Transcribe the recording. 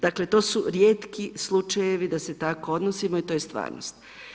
Dakle, to su rijetki slučajevi da se tako odnosimo i to je stvarnost.